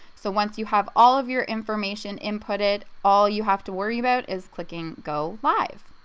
so once you have all of your information inputted all you have to worry about is clicking go live.